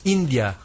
India